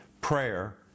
Prayer